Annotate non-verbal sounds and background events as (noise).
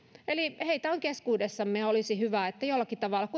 eli heitä on keskuudessamme ja olisi hyvä että jollakin tavalla (unintelligible)